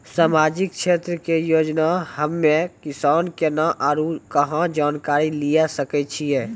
समाजिक क्षेत्र के योजना हम्मे किसान केना आरू कहाँ जानकारी लिये सकय छियै?